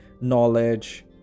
knowledge